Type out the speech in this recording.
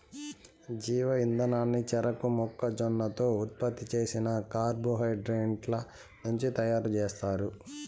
జీవ ఇంధనాన్ని చెరకు, మొక్కజొన్నతో ఉత్పత్తి చేసిన కార్బోహైడ్రేట్ల నుంచి తయారుచేస్తారు